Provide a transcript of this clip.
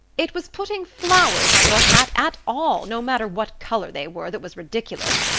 it was putting flowers on your hat at all, no matter what color they were, that was ridiculous.